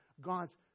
God's